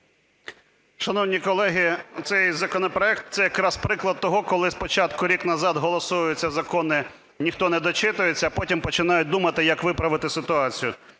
Шановні колеги, цей законопроект – це якраз приклад того, коли спочатку рік назад голосуються закони – ніхто не дочитується, а потім починають думати як виправити ситуацію.